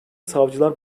savcılar